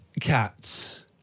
cats